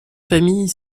familles